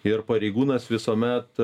ir pareigūnas visuomet